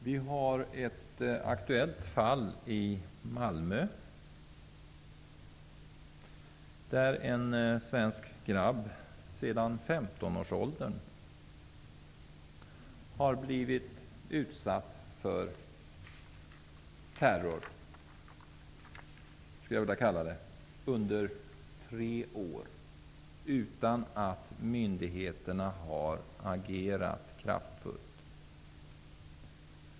Vi har ett aktuellt fall i Malmö. En svensk grabb har under tre års tid, sedan 15-årsåldern, blivit utsatt för terror utan att myndigheterna har agerat kraftfullt.